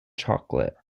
chocolate